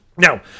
Now